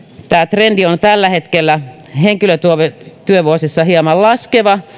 trendi on tällä hetkellä henkilötyövuosissa hieman laskeva